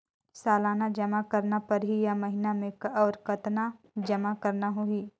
सालाना जमा करना परही या महीना मे और कतना जमा करना होहि?